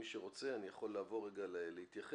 ומי שרוצה אני יכול לעבור רגע ולהתייחס,